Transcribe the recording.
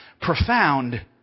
profound